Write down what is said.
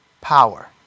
power